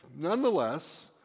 Nonetheless